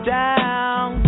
down